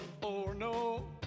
Orno